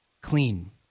clean